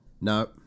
No